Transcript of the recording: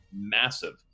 massive